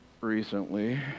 recently